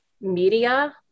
media